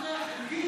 שהמאבטח הרגיש?